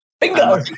Bingo